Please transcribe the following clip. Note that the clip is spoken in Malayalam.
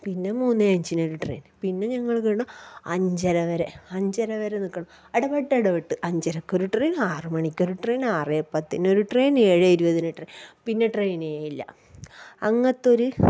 പിന്നേ മൂന്ന് അഞ്ചിനൊരു ട്രെയിൻ പിന്നെ ഞങ്ങള് വീണ്ടും അഞ്ചര വരെ അഞ്ചര വരെ നിൽക്കണം ഇടവിട്ട് ഇടവിട്ട് അഞ്ചരക്കൊരു ട്രെയിൻ ആറ് മണിക്കൊരു ട്രെയിൻ ആറേ പത്തിനൊരു ട്രെയിൻ ഏഴേ ഇരുപത്തിനൊരു ട്രെയിൻ പിന്നെ ട്രെയിനേ ഇല്ല അങ്ങനത്തെ ഒരു